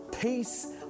peace